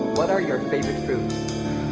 what are your favorite